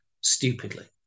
stupidly